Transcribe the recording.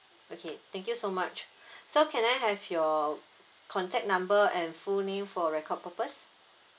okay thank you so much so can I have your contact number and full name for record purpose